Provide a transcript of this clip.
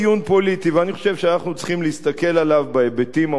ואני חושב שאנחנו צריכים להסתכל עליו בהיבטים המוסריים,